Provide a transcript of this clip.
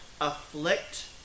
afflict